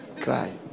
cry